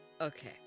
Okay